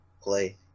play